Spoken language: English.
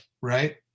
right